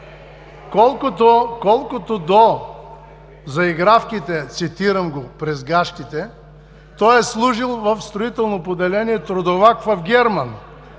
Колкото до заигравките, цитирам го – „през гащите“, той е служил в строително поделение трудовак в с. Герман.